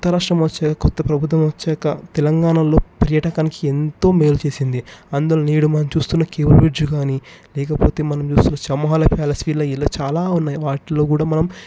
కొత్త రాష్ట్రం వచ్చే కొత్త ప్రభుత్వం వచ్చాక తెలంగాణలో పర్యాటకానికి ఎంతో మేలు చేసింది అందులో నేడు మనం చూస్తున్న కేబుల్ బ్రిడ్జి గానీ లేకపోతే మనం చూస్తున్న ఇలా చాలా ఉన్నాయి వాటిలో కూడా మనం